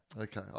Okay